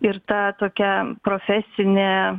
ir ta tokia profesinė